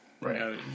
Right